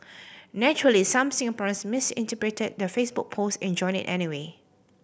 naturally some Singaporeans misinterpreted the Facebook post enjoined it anyway